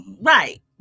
right